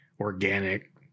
organic